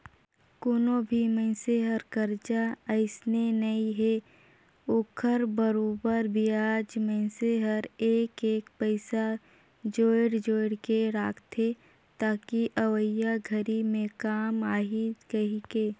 कोनो भी मइनसे हर करजा अइसने नइ हे ओखर बरोबर बियाज मइनसे हर एक एक पइसा जोयड़ जोयड़ के रखथे ताकि अवइया घरी मे काम आही कहीके